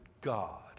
God